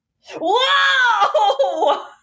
Whoa